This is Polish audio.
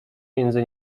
między